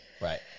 Right